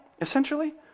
essentially